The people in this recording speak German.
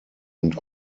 und